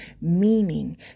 Meaning